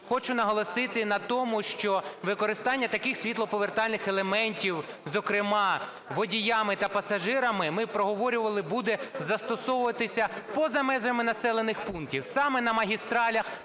хочу наголосити на тому, що використання таких світлоповертальних елементів, зокрема водіями та пасажирами, ми проговорювали, буде застосовуватися поза межами населених пунктів, саме на магістралях